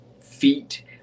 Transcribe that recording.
feet